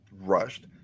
rushed